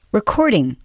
recording